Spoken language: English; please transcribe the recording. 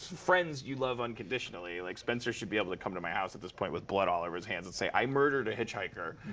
friends, you love unconditionally. like, spencer should be able to come to my house at this point, with blood all over his hands, and say, i murdered a hitchhiker.